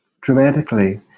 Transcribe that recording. dramatically